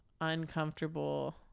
uncomfortable